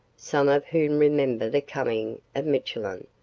some of whom remember the coming of mitchellan,